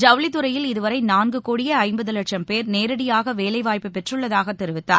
ஜவுளித்துறையில் இதுவரை நான்கு கோடியே இப்பது லட்சும் பேர் நேரடியாக வேலைவாய்ப்பு பெற்றள்ளதாக தெரிவித்தார்